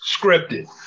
Scripted